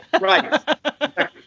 Right